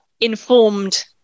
informed